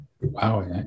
wow